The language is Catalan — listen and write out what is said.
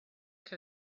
que